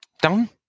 Done